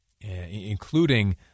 including